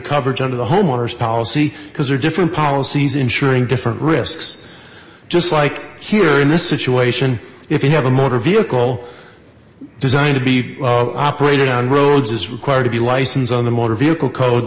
coverage under the homeowner's policy because they're different policies insuring different risks just like here in this situation if you have a motor vehicle designed to be operating on roads is required to be a license on the motor vehicle code